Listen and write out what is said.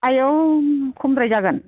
आयौ खमद्राय जागोन